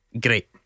great